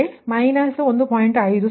ಆದ್ದರಿಂದ ಪ್ರತಿ ಯೂನಿಟ್ಗೆ 1